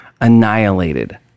annihilated